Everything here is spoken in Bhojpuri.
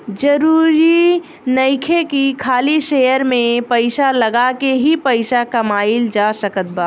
जरुरी नइखे की खाली शेयर में पइसा लगा के ही पइसा कमाइल जा सकत बा